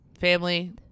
family